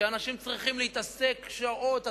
שאנשים צריכים להתעסק בהן שעות.